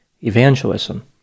evangelism